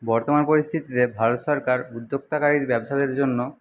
বর্তমান পরিস্থিতিতে ভারত সরকার উদ্যোক্তাকারী ব্যবসাদের জন্য